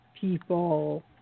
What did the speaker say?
people